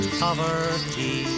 poverty